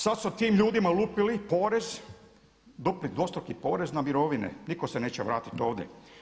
Sad su tim ljudima lupili porez, dupli dvostruki porez na mirovine, nitko se neće vratiti ovdje.